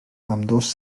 ambdós